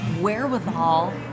wherewithal